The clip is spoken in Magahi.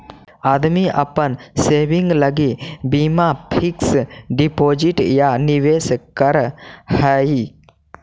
आदमी अपन सेविंग लगी बीमा फिक्स डिपाजिट या निवेश करऽ हई